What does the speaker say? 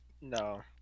No